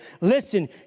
listen